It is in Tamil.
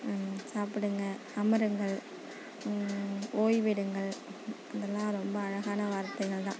சாப்பிடுங்க அமருங்கள் ஓய்வு எடுங்கள் அதெலாம் ரொம்ப அழகான வார்த்தைகள் தான்